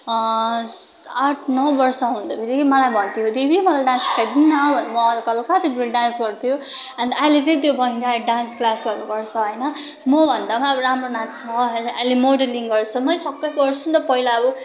आठ नौ वर्ष हुँदाखेरि मलाई भन्थ्यो दिदी मलाई डान्स सिकाइदिनु न म हल्का हल्का त्यतिबेला डान्स गर्थ्यो अन्त अहिले चाहिँ त्यो बहिनी चाहिँ डान्स क्लासहरू गर्छ होइन म भन्दा पनि अब राम्रो नाच्छ अहिले अहिले मोडलिङ गर्छ मै छक्कै पर्छु नि त पहिला अब